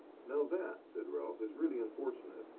now that, said ralph, is really unfortunate!